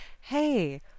hey